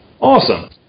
Awesome